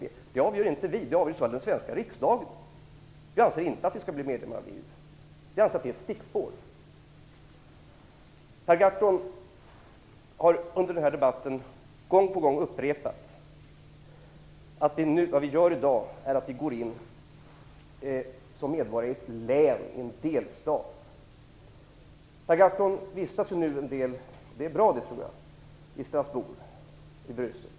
Det avgör inte vi. Det avgörs av den svenska riksdagen. Vi anser inte att vi skall bli medlemmar av VEU. Vi anser att det är ett stickspår. Under den här debatten har Per Gahrton gång på gång upprepat att vad vi i dag gör är att gå in som medborgare i ett län, i en delstat. Per Gahrton vistas nu en del i Strasbourg och Bryssel, och det tror jag är bra.